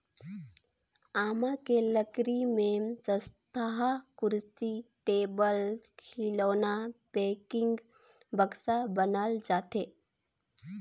आमा के लकरी में सस्तहा कुरसी, टेबुल, खिलउना, पेकिंग, बक्सा बनाल जाथे